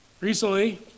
Recently